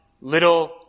little